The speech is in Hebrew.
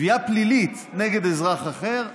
תביעה פלילית נגד אזרח אחר,